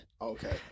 Okay